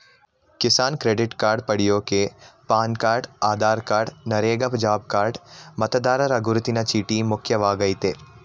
Kisan credit card ಪಡ್ಯೋಕೆ PAN card Aadhaar card NREGA job card ಮತದಾರರ ಗುರುತಿನ ಚೀಟಿ ಮುಖ್ಯವಾಗಯ್ತೆ